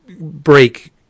break